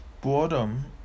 Boredom